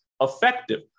effective